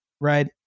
Right